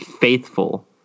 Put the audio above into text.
faithful